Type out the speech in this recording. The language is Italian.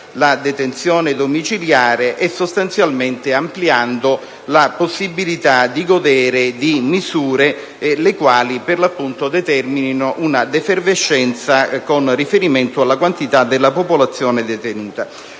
la detenzione domiciliare, e sostanzialmente ampliando la possibilità di godere di misure le quali, per l'appunto, determinino una defervescenza con riferimento alla quantità della popolazione detenuta.